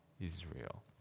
Israel